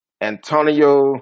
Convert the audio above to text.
Antonio